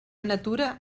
natura